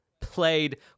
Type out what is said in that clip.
played